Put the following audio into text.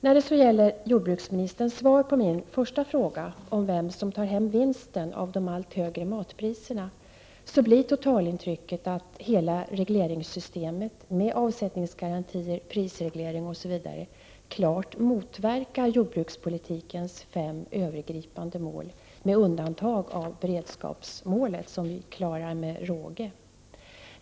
När det gäller jordbruksministerns svar på min första fråga om vem som tar hem vinsten av de allt högre matpriserna blir totalintrycket att hela regleringssystemet med avsättningsgarantier, prisreglering osv. klart motverkar jordbrukspolitikens fem övergripande mål — med undantag av beredskapsmålet, som vi klarar med råge.